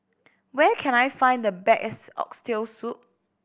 where can I find the best Oxtail Soup